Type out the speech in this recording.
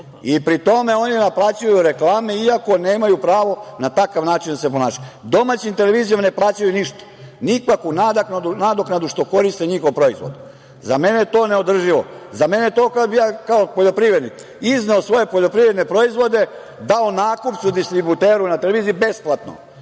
Pri tome oni naplaćuju reklame iako nemaju pravo na takav način da se ponašaju. Domaćim televizijama ne plaćaju ništa, nikakvu nadoknadu što koriste njihov proizvod.Za mene je to neodrživo. Kada bih ja kao poljoprivrednik izneo svoje poljoprivredne proizvode, dao nakupcu, distributeru na televiziji besplatno,